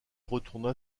retourna